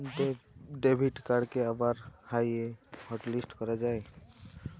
debit কাড়কে আবার যাঁয়ে হটলিস্ট ক্যরা যায়